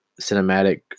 cinematic